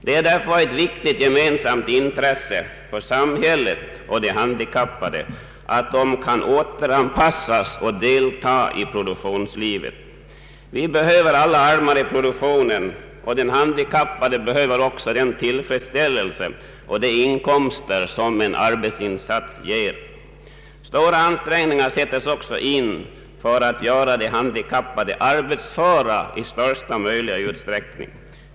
Det är därför ett viktigt gemensamt intresse för samhället och de handikappade att dessa kan återanpassas och delta i produktionslivet. Vi behöver alla armar i produktionen och den handikappade behöver den tillfredsställelse och de inkomster en arbetsinsats ger. Stora ansträngningar görs också för att göra de handikappade arbetsföra i största möjliga utsträckning.